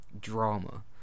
drama